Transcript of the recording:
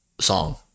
song